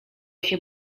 się